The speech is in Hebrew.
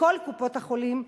בכל קופות-החולים,